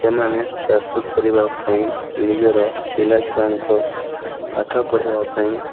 ସେମାନେ ଚାଷ କରିବାପାଇଁ ନିଜର ପିଲାଛୁଆଙ୍କ ପାଠପଢ଼ିବାପାଇଁ